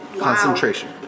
Concentration